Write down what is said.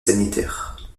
sanitaire